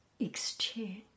exchange